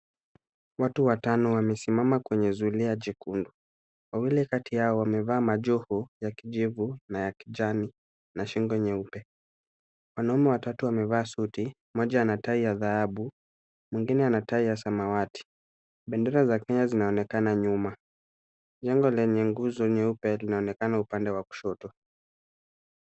Watu watano wamesimama kwenye zulia jekundu. Wawili kati yao wamevaa majoho ya kijivu na ya kijani na shingo nyeupe. Wanaume watatu wamevaa suti, mmoja ana tai ya dhahabu, mwingine ana tai ya samawati. Bendera za Kenya zinaonekana nyuma, jengo lenye nguzo nyeupe linaonekana upande wa kushoto.